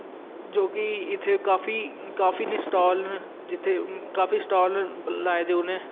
जो कि इत्थै काफी काफी स्टाल न जित्थै काफी स्टाल न लाए दे उ'नें